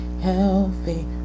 healthy